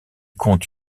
compte